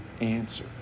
answer